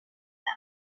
them